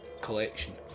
collection